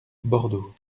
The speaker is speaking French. bordeaux